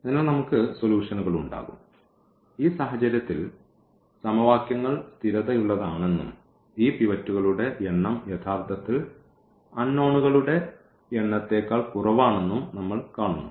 അതിനാൽ നമുക്ക് സൊലൂഷൻകൾ ഉണ്ടാകും ഈ സാഹചര്യത്തിൽ സമവാക്യങ്ങൾ സ്ഥിരതയുള്ളതാണെന്നും ഈ പിവറ്റുകളുടെ എണ്ണം യഥാർത്ഥത്തിൽ അൺനോണുകളുടെ എണ്ണത്തേക്കാൾ കുറവാണെന്നും നമ്മൾ കാണുന്നു